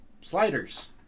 sliders